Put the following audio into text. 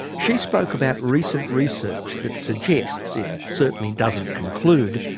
she spoke about recent research that suggests it certainly doesn't conclude,